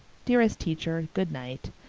dearest teacher, good night.